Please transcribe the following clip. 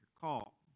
call